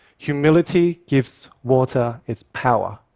humility gives water its power.